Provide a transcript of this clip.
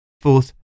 Fourth